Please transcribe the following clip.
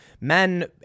men